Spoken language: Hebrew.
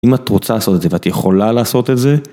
אם את רוצה לעשות את זה ואת יכולה לעשות את זה.